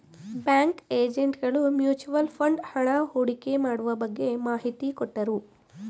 bank agent ಗಳು mutual fund ಹಣ ಹೂಡಿಕೆ ಮಾಡುವ ಬಗ್ಗೆ ಮಾಹಿತಿ ಕೊಟ್ಟರು